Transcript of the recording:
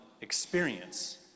experience